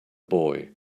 boy